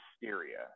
hysteria